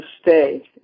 stay